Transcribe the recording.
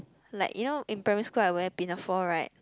like you know in primary school I wear pinafore right